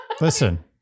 Listen